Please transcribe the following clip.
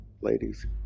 ladies